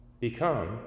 become